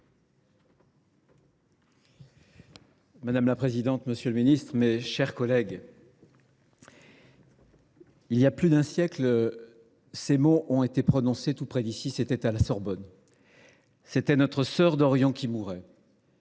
Madame la présidente, monsieur le ministre, mes chers collègues, il y a plus d’un siècle, les mots suivants ont été prononcés tout près d’ici, à la Sorbonne :« C’était notre sœur d’Orient qui mourait,